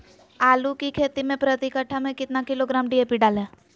आलू की खेती मे प्रति कट्ठा में कितना किलोग्राम डी.ए.पी डाले?